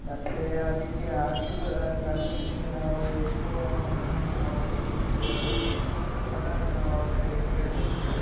ಮತ್ತು ಅದಕ್ಕೆ ಅಷ್ಟು ದೂರ ಕ್ರಮಿಸಿಲಿಕ್ಕೆ ನಾವು ಎಷ್ಟೂ ಹಣವನ್ನ ಅವರಿಗೆ ಪೇ ಮಾಡಬೇಕಾಗ್ತದೆ ಅದನ್ನು ನಾವು ಅವರೊಟ್ಟಿಗೆ ಕೇಳಬೇಕು